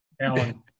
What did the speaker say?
Alan